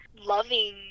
loving